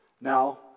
Now